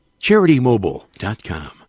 CharityMobile.com